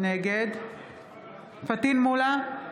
נגד פטין מולא,